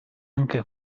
anche